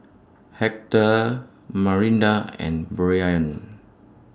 Hector Marinda and Brianne